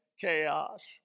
Chaos